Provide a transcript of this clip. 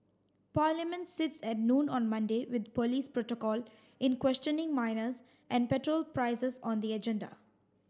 parliament sits at noon on Monday with police protocol in questioning minors and petrol prices on the agenda